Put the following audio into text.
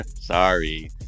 Sorry